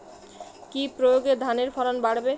কি প্রয়গে ধানের ফলন বাড়বে?